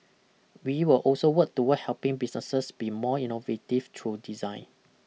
we will also work towards helping businesses be more innovative through design